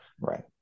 Right